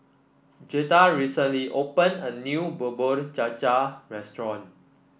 Jetta recently opened a new Bubur Cha Cha restaurant